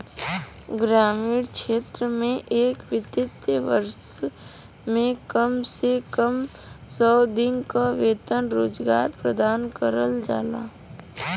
ग्रामीण क्षेत्र में एक वित्तीय वर्ष में कम से कम सौ दिन क वेतन रोजगार प्रदान करल जाला